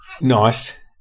Nice